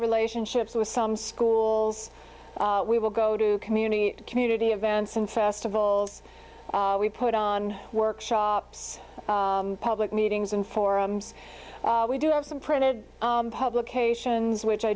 relationships with some schools we will go to community community events and festival we put on workshops public meetings and forums we do have some printed publications which i